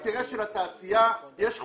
באינטרס של התעשייה, יש חוקים.